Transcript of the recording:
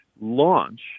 launch